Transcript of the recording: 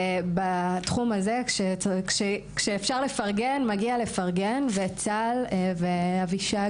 ובתחום הזה כשאפשר לפרגן מגיע לפרגן וצהל ואבישג